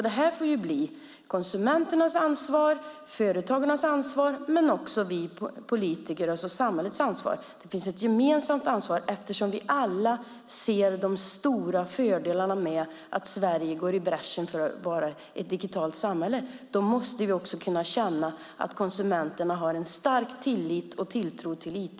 Det är alltså konsumenternas, företagens och politikernas, samhällets, ansvar. Det finns ett gemensamt ansvar eftersom vi alla ser de stora fördelarna med att Sverige går i bräschen för ett digitalt samhälle. Vi måste känna att konsumenterna har en stark tillit och tilltro till IT.